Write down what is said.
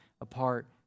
apart